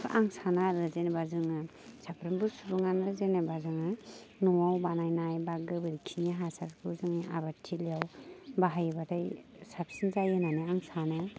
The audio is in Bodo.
आं साना आरो जेनेबा जोङो साफ्रोमबो सुबुंआनो जेनेबा जोङो न'आव बानायनाय बा गोबोरखिनि हासारखौ जोंनि आबादथिलिआव बाहायबाथाय साबसिन जायो होननानै आं सानो